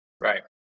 Right